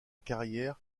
carrière